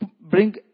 bring